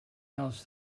else